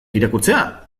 irakurtzea